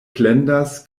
plendas